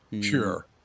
Sure